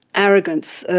arrogance,